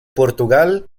portugal